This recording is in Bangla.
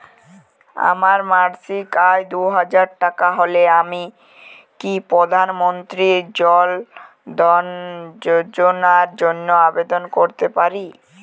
আমার মাসিক আয় দুহাজার টাকা হলে আমি কি প্রধান মন্ত্রী জন ধন যোজনার জন্য আবেদন করতে পারি?